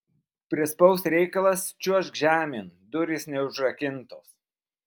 prispaus reikalas čiuožk žemėn durys neužrakintos